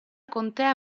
contea